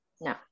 No